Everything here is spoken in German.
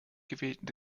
gewählten